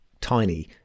tiny